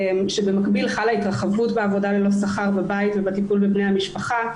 ובמקביל חלה התרחבות בעבודה ללא שכר בבית ובטיפול בבני המשפחה.